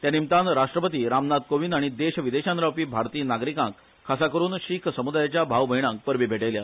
ते निमतान राष्ट्रपती रामनाथ कोविंद हाणी देश विदेशान रावपी भारतीय नागरिकांक खासा करून शिख समुदायाच्या भाव भयणांक परबी भेटयल्या